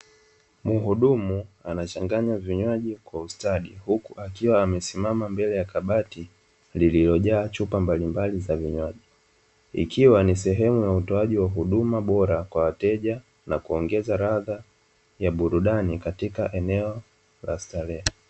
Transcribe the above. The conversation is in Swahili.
Muhudumu anachanganya vinywajivkwa mstari huku akiwa amesimama kwenye kabati, lilojaa chupa mbalimbali za vinywaji, ikiwa ni utoaji bora wa huduma kuongeza ladha katika sehemu ya starehe.